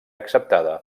acceptada